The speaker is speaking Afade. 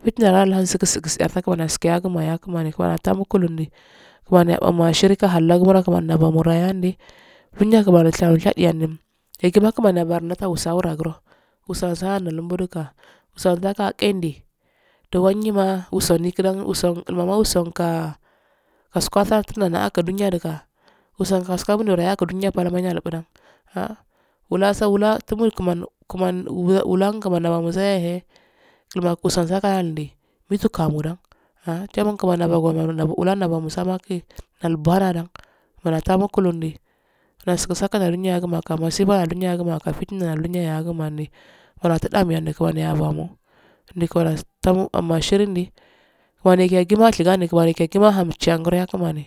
fitonaro nalhansi gusugusu laskiya gamo kimaniya tamu landi. laminayabomi ashir'ahakmo kimaniya moraya-di, yinda kimaniya shawo shaliyangun wusa sambumka, wusa wusanka askusatuna aquayidankaa wusan wusankaaskusatuna aquayidanka wusan haskanduka wuyankaduyabilku yablndaa’ wulasa wulatumul kiman wula laimanyazahelailman sahee kilma kusan yahendi wiltu kamidun han timiyakiman wulanyabasaake dabinida kimaniya tamulkulundi kinaskisa kaledo nyika masibanado nyinkafintahun, nyi yagagimandi yiyamanne nyiyatatunmiyancle kimaniya yibamu ndi kimaniya tunbamo ashirdikimaniya yaggima ashinde kimani yaggima humcharghro yakimani.